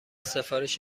سفارش